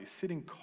sitting